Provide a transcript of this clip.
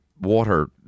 water